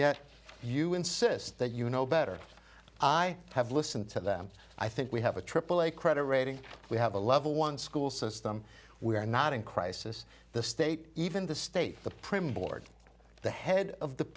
yet you insist that you know better i have listened to them i think we have a aaa credit rating we have a level one school system we are not in crisis the state even the state the prim board the head of the